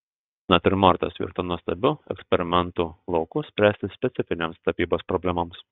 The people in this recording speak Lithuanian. natiurmortas virto nuostabiu eksperimentų lauku spręsti specifinėms tapybos problemoms